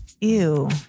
Ew